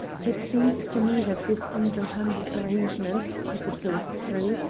it seems to me that this underhanded arrangement, if it goes through,